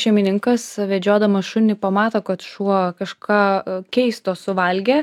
šeimininkas vedžiodamas šunį pamato kad šuo kažką keisto suvalgė